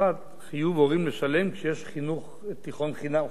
אחת חיוב הורים לשלם כשיש חינוך תיכון חינם,